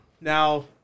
Now